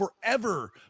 forever